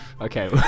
Okay